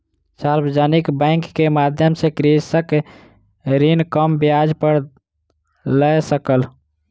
सार्वजानिक बैंक के माध्यम सॅ कृषक ऋण कम ब्याज पर लय सकल